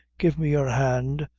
give me your hand,